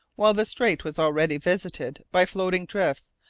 while the strait was already visited by floating drifts,